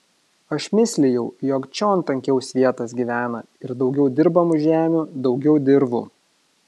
aš mislijau jog čion tankiau svietas gyvena ir daugiau dirbamų žemių daugiau dirvų